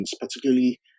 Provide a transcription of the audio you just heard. particularly